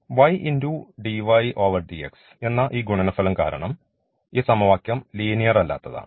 ydydx എന്ന ഈ ഗുണനഫലം കാരണം ഈ സമവാക്യം ലീനിയർ അല്ലാത്തതാണ്